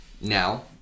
now